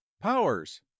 powers